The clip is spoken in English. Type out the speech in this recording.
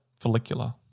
follicular